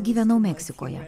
gyvenau meksikoje